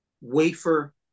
wafer